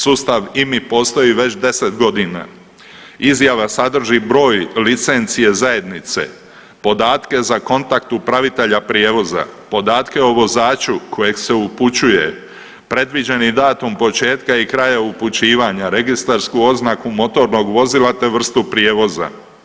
Sustav IMI postoji već 10 godina. izjava sadrži broj licencije zajednice, podatke za kontakt upravitelja prijevoza, podatke o vozaču kojeg se upućuje, predviđeni datum početka i kraja upućivanja, registarsku oznaku motornog vozila, te vrstu prijevoza.